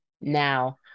Now